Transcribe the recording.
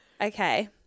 Okay